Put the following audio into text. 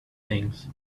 things